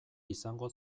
izango